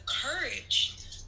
courage